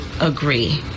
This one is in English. agree